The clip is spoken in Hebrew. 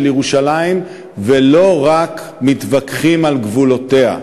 ירושלים ולא רק מתווכחים על גבולותיה.